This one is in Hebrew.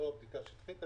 לא בדיקה שטחית.